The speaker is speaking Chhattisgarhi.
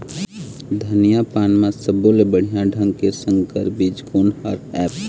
धनिया पान म सब्बो ले बढ़िया ढंग के संकर बीज कोन हर ऐप?